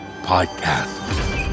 Podcast